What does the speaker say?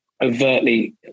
overtly